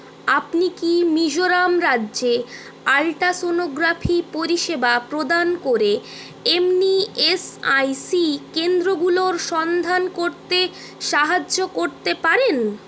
আপনি কি মিজোরাম রাজ্যে আল্ট্রাসনোগ্রাফি পরিষেবা প্রদান করে এমনি এস আই সি কেন্দ্রগুলোর সন্ধান করতে সাহায্য করতে পারেন